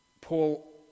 Paul